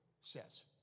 says